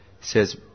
says